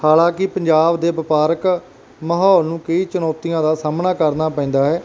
ਹਾਲਾਂਕਿ ਪੰਜਾਬ ਦੇ ਵਪਾਰਕ ਮਾਹੌਲ ਨੂੰ ਕਈ ਚੁਣੌਤੀਆਂ ਦਾ ਸਾਹਮਣਾ ਕਰਨਾ ਪੈਂਦਾ ਹੈ